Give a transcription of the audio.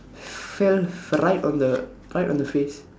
fell right on the right on the face